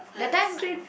that time